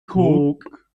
cook